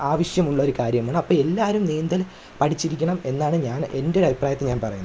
ആവിശ്യമുള്ള ഒരു കാര്യമാണ് അപ്പം എല്ലാവരും നീന്തൽ പഠിച്ചിരിക്കണം എന്നാണ് ഞാന് എൻ്റെ അഭിപ്രായത്തില് ഞാന് പറയുന്നത്